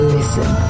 Listen